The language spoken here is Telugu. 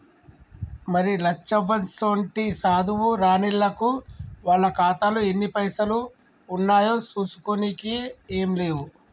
మరి లచ్చవ్వసోంటి సాధువు రానిల్లకు వాళ్ల ఖాతాలో ఎన్ని పైసలు ఉన్నాయో చూసుకోనికే ఏం లేవు